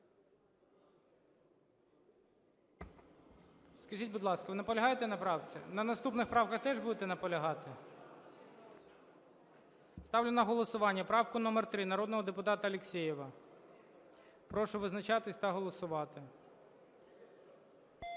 Скажіть, будь ласка, ви наполягаєте на правці? На наступних правках теж будете наполягати? Ставлю на голосування правку номер 3 народного депутата Алєксєєва. Прошу визначатися та голосувати.